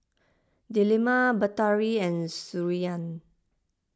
Delima Batari and Surinam